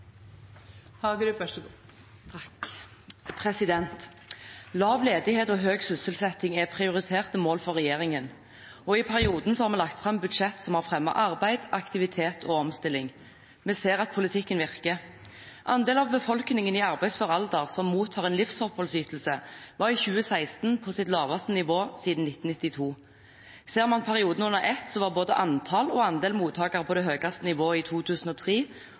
prioriterte mål for regjeringen. I perioden har vi lagt fram budsjett som har fremmet arbeid, aktivitet og omstilling. Vi ser at politikken virker. Andelen av befolkningen i arbeidsfør alder som mottar en livsoppholdsytelse, var i 2016 på sitt laveste nivå siden 1992. Ser man perioden under ett, var både antall og andel mottakere på det høyeste nivå i 2003.